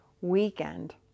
weekend